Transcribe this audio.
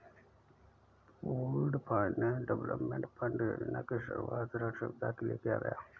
pooled finance development fund योजना की शुरूआत ऋण सुविधा के लिए किया गया है